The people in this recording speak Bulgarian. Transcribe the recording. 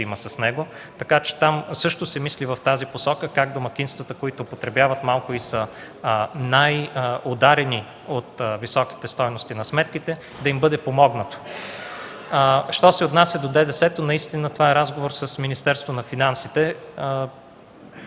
има с него. Там също се мисли в тази посока как домакинствата, които потребяват малко и са най-ударени от високите стойности на сметките, да им бъде помогнато. Що се отнася до ДДС, наистина това е разговор с Министерството на финансите.